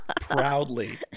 Proudly